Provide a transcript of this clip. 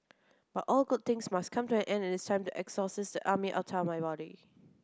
but all good things must come to an end and it's time to exorcise the army outta my body